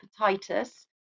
Hepatitis